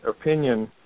opinion